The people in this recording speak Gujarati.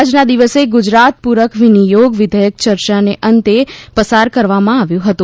આજના દિવસે ગુજરાત પૂરક વિનિયોગ વિધેયક ચર્ચા અંતે પસાર કરવામાં આવ્યું હતું